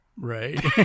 Right